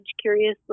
curiously